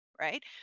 right